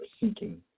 seeking